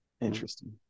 interesting